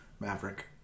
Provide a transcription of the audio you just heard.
Maverick